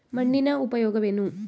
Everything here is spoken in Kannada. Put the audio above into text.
ಮಣ್ಣಿನ ಉಪಯೋಗವೇನು?